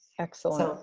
excellent,